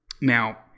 Now